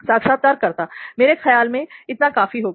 साक्षात्कारकर्ता मेरे ख्याल से इतना काफी होगा